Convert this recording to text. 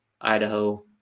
Idaho